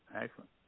Excellent